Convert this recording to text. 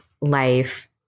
life